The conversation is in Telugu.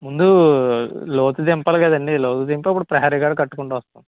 ముందు లోతు దింపాలి కందండి లోతు దింపి అప్పుడు ప్రహరీ గోడ కట్టుకుంటూ వస్తాం